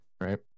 right